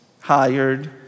hired